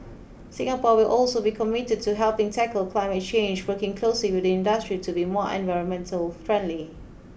Singapore will also be committed to helping tackle climate change working closely with the industry to be more environmentally friendly